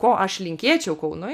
ko aš linkėčiau kaunui